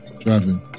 Driving